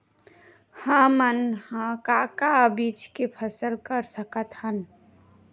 हमन ह का का बीज के फसल कर सकत हन?